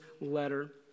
letter